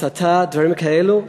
הסתה, דברים כאלו.